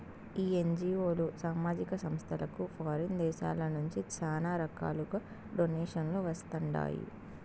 ఈ ఎన్జీఓలు, సామాజిక సంస్థలకు ఫారిన్ దేశాల నుంచి శానా రకాలుగా డొనేషన్లు వస్తండాయి